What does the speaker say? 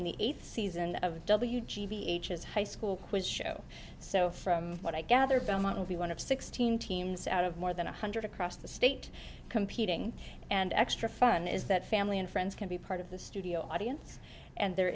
in the eighth season of w g b h is high school quiz show so from what i gather belmont we want to sixteen teams out of more than one hundred across the state competing and extra fun is that family and friends can be part of the studio audience and there